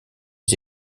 les